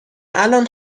الان